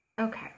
okay